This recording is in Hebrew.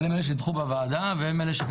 אבל הם אלה שנדחו בוועדה והם אלה שנמצאים